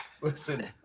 listen